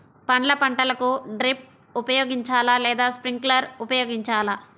పండ్ల పంటలకు డ్రిప్ ఉపయోగించాలా లేదా స్ప్రింక్లర్ ఉపయోగించాలా?